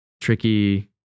tricky